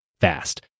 fast